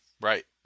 Right